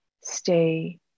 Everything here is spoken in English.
stay